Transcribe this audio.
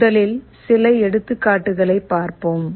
முதலில் சில எடுத்துக்காட்டுகளைப் பார்ப்போம்